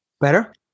Better